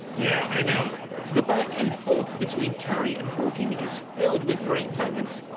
yeah you know the back and forth between carrey and hawking is filled with great moments,